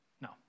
No